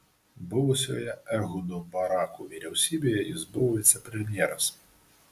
buvusioje ehudo barako vyriausybėje jis buvo vicepremjeras